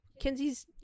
Kenzie's